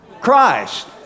Christ